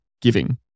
giving